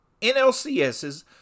NLCSs